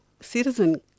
citizen